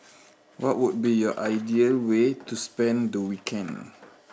what would be your ideal way to spend the weekend